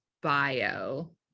bio